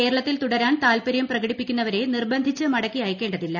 കേരളത്തിൽ തുടരാൻ താത്പര്യം പ്രകടിപ്പിക്കുന്നവരെ നിർബന്ധിച്ച് മടക്കി അയയ് ക്കേണ്ടതില്ല